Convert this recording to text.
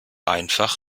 einfach